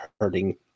hurting